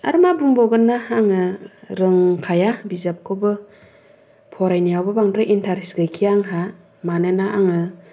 आरो मा बुंबावगोन आङो रोंखाया बिजाबखौबो फराय नायावबो बांद्राय इन्ट्रेस्ट गैखाया आंहा मानोना आङो